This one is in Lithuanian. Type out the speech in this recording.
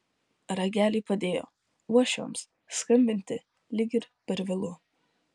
ragelį padėjo uošviams skambinti lyg ir per vėlu